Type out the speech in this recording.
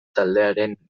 taldearen